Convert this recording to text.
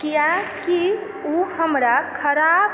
किएकि ओ हमरा खराब